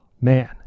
Man